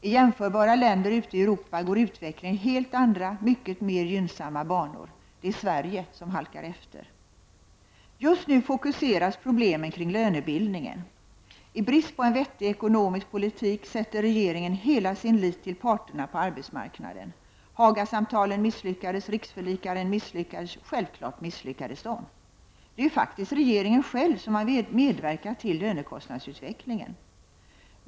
I jämförbara länder ute i Europa går utvecklingen i helt andra, mycket mer gynnsamma banor. Det är Sverige som halkar efter. Just nu fokuseras problemen kring lönebildningen. I brist på en vettig ekonomisk politik sätter regeringen hela sin lit till parterna på arbetsmarknaden. Hagasamtalen misslyckades, riksförlikaren misslyckades. Självklart misslyckades de. Det är ju faktiskt regeringen själv som har medverkat till lönekostnadsutvecklingen.